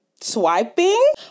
Swiping